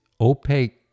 opaque